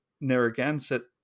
Narragansett